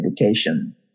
education